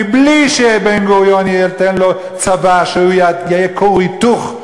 בלי שבן-גוריון ייתן לו צבא שיהיה כור היתוך.